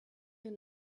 your